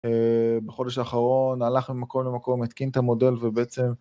בחודש האחרון הלך ממקום למקום, התקין את המודל ובעצם...